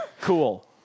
Cool